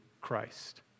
Christ